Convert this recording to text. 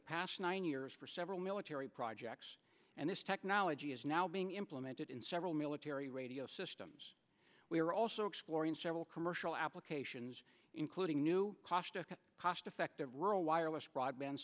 the past nine years for several military projects and this technology is now being implemented in several military radio systems we are also exploring several commercial applications including new cost a cost effective rural wireless broadband